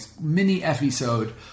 mini-episode